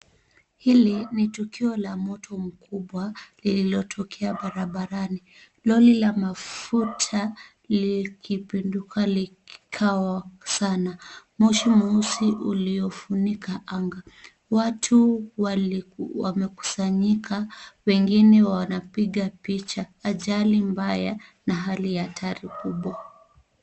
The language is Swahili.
Hili ni tukio la mto mkubwa lililotokea barabarani, lori la mafuta likipinduka likawaka sana. Moshi mweusi uliofunika anga watu wamekusanyika wengine wanapiga picha, ajali mbaya na hali ya hatari kubwa.